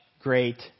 great